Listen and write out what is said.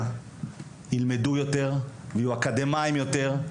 ילמדו יותר ויהיו אקדמאיים יותר,